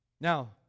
Now